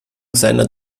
seiner